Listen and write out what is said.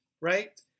Right